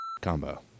combo